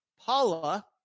Paula